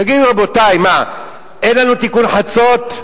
תגידו, רבותי, מה, אין לנו תיקון חצות?